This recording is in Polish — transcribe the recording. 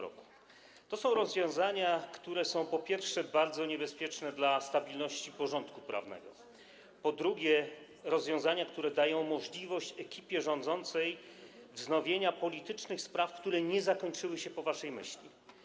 To są, po pierwsze, rozwiązania, które są bardzo niebezpieczne dla stabilności porządku prawnego, po drugie, to rozwiązania, które dają możliwość ekipie rządzącej wznowienia politycznych spraw, które nie zakończyły się po waszej myśli.